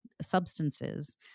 substances